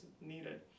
needed